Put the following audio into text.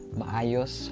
maayos